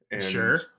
Sure